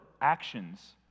actions